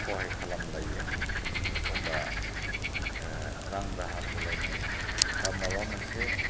सहाय खालाम लायो एखनबा रां दाहार होलायनाय एबा माबा मोनसे